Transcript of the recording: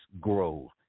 grow